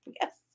Yes